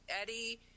Eddie